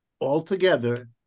altogether